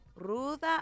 Ruda